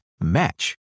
match